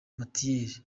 mathieu